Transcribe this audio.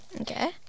Okay